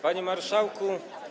Panie Marszałku!